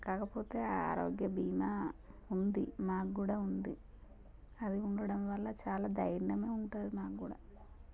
కాకపోతే ఆరోగ్య భీమా ఉంది మాకు కూడా ఉంది అది ఉండడం వల్ల చాలా ధైర్యమే ఉంటుంది మాకు కూడా